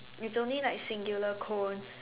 it's only like singular cone